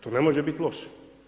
To ne može biti loše.